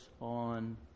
on